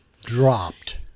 dropped